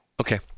Okay